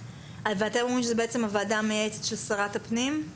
ואתם אומרים שזו בעצם הוועדה המייעצת של שרת הפנים?